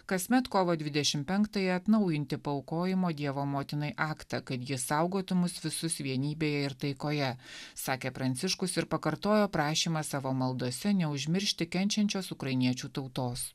kasmet kovo dvidešimt penktąją atnaujinti paaukojimo dievo motinai aktą kad ji saugotų mus visus vienybėje ir taikoje sakė pranciškus ir pakartojo prašymą savo maldose neužmiršti kenčiančios ukrainiečių tautos